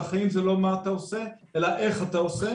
בחיים זה לא מה אתה עושה אלא איך אתה עושה.